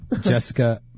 Jessica